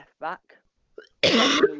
left-back